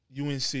UNC